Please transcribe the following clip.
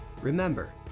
Remember